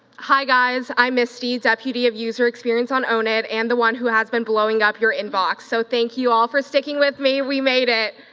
hi guys, i'm misty, deputy of user experience on own it and the one who has been blowing up your inbox, so thank you for all for sticking with me. we made it.